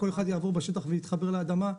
כל אחד יעבור בשטח ויתחבר לאדמה,